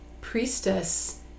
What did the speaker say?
priestess